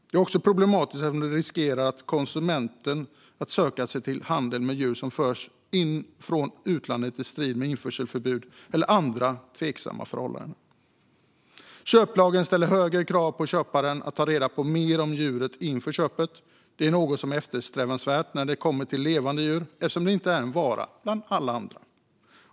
Det är också problematiskt eftersom det riskerar att få konsumenter att söka sig till handel med djur som förs in från utlandet i strid med införselförbud eller under andra tveksamma förhållanden. Köplagen ställer högre krav på köparen att ta reda på mer om djuret inför köpet. Det är något som är eftersträvansvärt när det kommer till levande djur eftersom det inte är en vara bland alla andra.